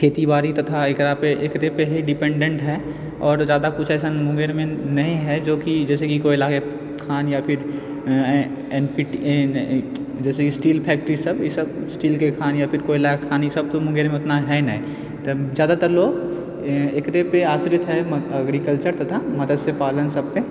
खेती बाड़ी तथा एकरा पर एकरे पर ही डिपेन्डेट है आओर जादा किछु ऐसा मुंगेरमे नही है जो कि जैसेकि कोयलाके खान या फिर जैसे स्टील फैक्ट्री सभ ई सभ स्टीलके खान या फिर कोयलाके खान ई सभ तऽ मुंगेरमे उतना हैय नहि तऽ जादातर लोग एकरे पर आश्रित है एग्रीकल्चर मत्स्य पालन सभपर